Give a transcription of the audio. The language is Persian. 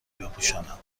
بپوشانم